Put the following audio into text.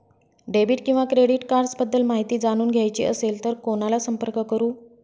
Debit किंवा credit cards बद्दल माहिती जाणून घ्यायची असेल तर कोणाला संपर्क करु?